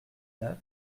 neuf